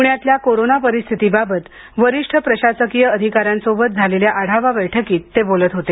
पुण्यातल्या कोरोना परिस्थितीबाबत वरिष्ठ प्रशासकीय अधिकाऱ्यांसोबत झालेल्या आढावा बैठकीत ते बोलत होते